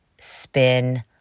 spin